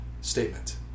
statement